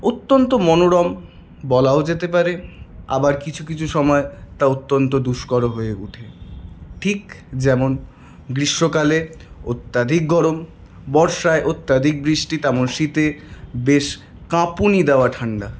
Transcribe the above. অত্যন্ত মনোরম বলাও যেতে পারে আবার কিছু কিছু সময় তা অত্যন্ত দুষ্কর হয়ে উঠে ঠিক যেমন গ্রীষ্মকালে অত্যাধিক গরম বর্ষায় অত্যাধিক বৃষ্টি তেমন শীতে বেশ কাঁপুনি দেওয়া ঠান্ডা